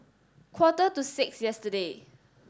quarter to six yesterday